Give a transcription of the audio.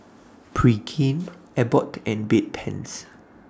Pregain Abbott and Bedpans